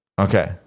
Okay